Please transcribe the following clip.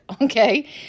okay